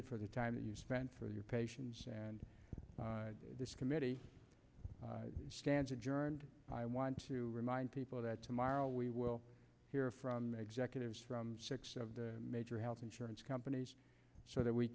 appreciated for the time that you spent for your patients and this committee stands adjourned i want to remind people that tomorrow we will hear from executives from six of the major health insurance companies so that we